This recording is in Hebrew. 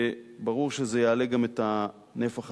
ברור שזה יעלה גם את הנפח התקציבי,